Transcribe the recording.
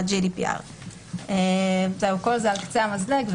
GDPR. כל זה על קצה המזלג.